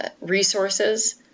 resources